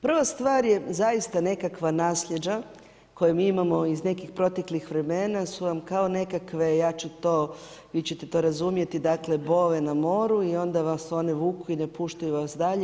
Prva stvar je zaista nekakva naslijeđa koje mi imamo iz nekih proteklih vremena, su vam kao nekakve, ja ću to, vi ćete to razumjeti, dakle bove na moru i onda vas one vuku i ne poštuju vas dalje.